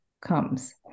comes